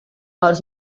harus